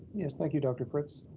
yes, thank you, dr. fritz.